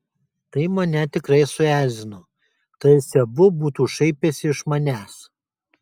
tai mane tikrai suerzino tarsi abu būtų šaipęsi iš manęs